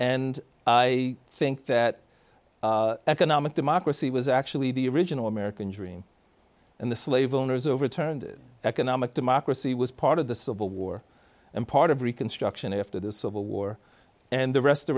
and i think that economic democracy was actually the original american dream and the slave owners overturned it economic democracy was part of the civil war and part of reconstruction after the civil war and the rest